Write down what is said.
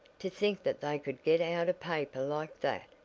to think that they could get out a paper like that!